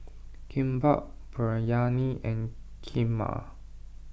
Kimbap Biryani and Kheema